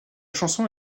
chanson